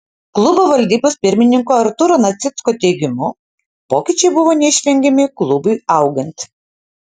klubo valdybos pirmininko artūro nacicko teigimu pokyčiai buvo neišvengiami klubui augant